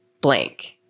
blank